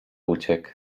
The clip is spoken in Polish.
uciekł